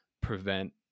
prevent